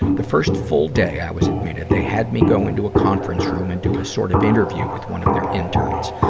the first full day i was admitted, they had me go into a conference room and do a sort of interview with one of their interns.